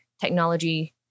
technology